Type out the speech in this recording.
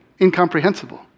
Incomprehensible